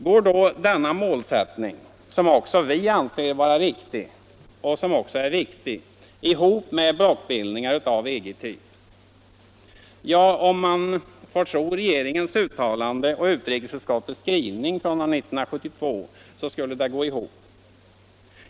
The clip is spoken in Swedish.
Går då denna målsättning, som också vi anser vara riktig och viktig, ihop med blockbildningar av EG-typ? Om man får tro regeringens uttalande och utrikesutskottets skrivning från år 1972, skulle det gå ihop.